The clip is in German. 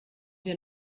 wir